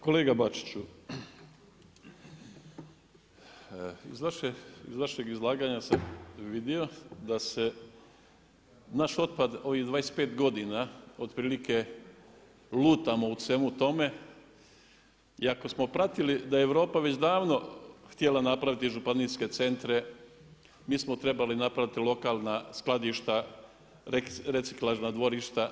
Kolega Bačiću, iz vašeg izlaganja sam vidio da se naš otpad ovih 25 godina otprilike lutamo u svemu tome i ako smo pratili da je Europa već davno htjela napraviti županijske centre, mi smo trebali napraviti lokalna skladišta, reciklažna dvorišta.